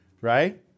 right